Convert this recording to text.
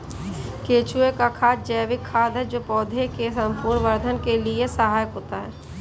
केंचुए का खाद जैविक खाद है जो पौधे के संपूर्ण वर्धन के लिए सहायक होता है